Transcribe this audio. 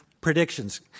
predictions –